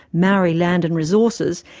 maori land and resources,